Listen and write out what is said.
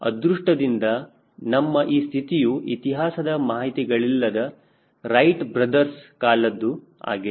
ಅದೃಷ್ಟದಿಂದ ನಮ್ಮ ಈ ಸ್ಥಿತಿಯು ಇತಿಹಾಸದ ಮಾಹಿತಿಗಳಿಲ್ಲದ ರೈಟ್ ಬ್ರದರ್ಸ್Wright Brother's ಕಾಲದ್ದು ಆಗಿಲ್ಲ